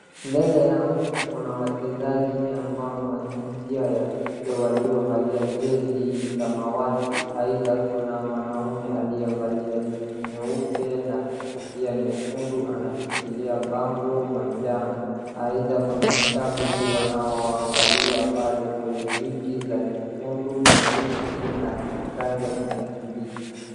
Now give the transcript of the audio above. Mbele yangu kuna wachezaji ambao ni wa jinsia ya kike waliovalia jezi samawati aidha kuna mwanaume aliyevalia nyeupe na kofia nyekundu anashikilia bango majano aidha kuna mashabiki wanao waangalia pale kwenye viti za nyekundu, nyeusi na za rangi ya kijani kibichi.